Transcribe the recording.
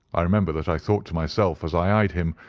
i remember that i thought to myself, as i i eyed him,